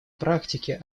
практике